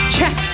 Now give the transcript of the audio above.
Check